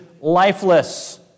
lifeless